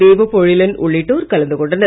தேவ பொழிலன் உள்ளிட்டோர் கலந்து கொண்டனர்